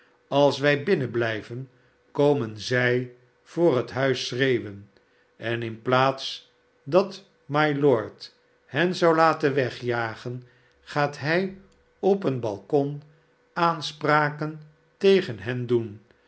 als wij binnenblijven komen zij voor het huis schreeuwen en in plaats dat mylord hen zou laten wegjagen gaat hij op een balkon aanspraken tegen hen doen